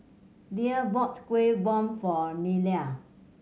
Lia bought Kuih Bom for Nelia